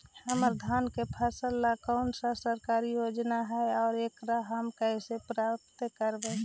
हमर धान के फ़सल ला कौन सा सरकारी योजना हई और एकरा हम कैसे प्राप्त करबई?